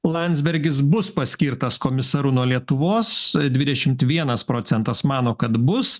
landsbergis bus paskirtas komisaru nuo lietuvos dvidešimt vienas procentas mano kad bus